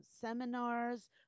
seminars